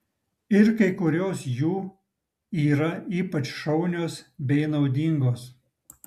ir kai kurios jų yra ypač šaunios bei naudingos